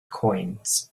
coins